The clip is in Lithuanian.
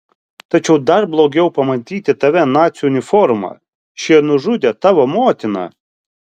tačiau dar blogiau pamatyti tave nacių uniforma šie nužudė tavo motiną